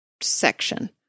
section